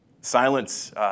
silence